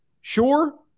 Sure